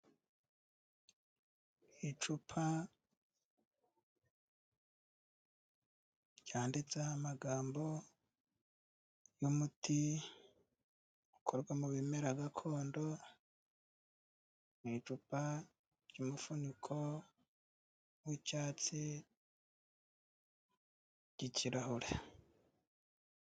Icupa ryanditseho amagambo y'umuti ukorwa mubi bimera gakondo, ni icupa ry'umufuniko wicyatsi ry'ikirahure.